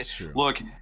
look-